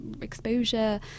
exposure